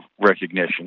recognition